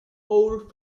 old